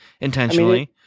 intentionally